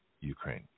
Ukraine